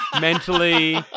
mentally